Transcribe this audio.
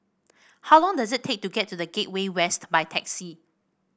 how long does it take to get to The Gateway West by taxi